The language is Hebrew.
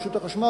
רשות החשמל,